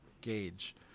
gauge